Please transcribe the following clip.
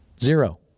Zero